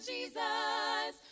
Jesus